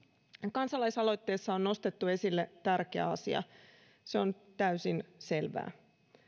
kansalaisaloitteessa on nostettu esille tärkeä asia se on täysin selvää